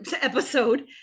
episode